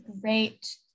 great